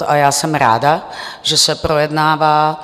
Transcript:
A já jsem ráda, že se projednává.